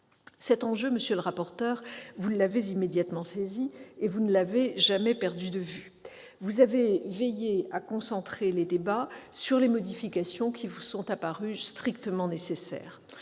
Cet enjeu, monsieur le rapporteur, vous l'avez immédiatement saisi et ne l'avez jamais perdu de vue. Vous avez veillé à concentrer les débats sur les modifications qui vous sont apparues strictement nécessaires.